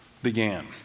began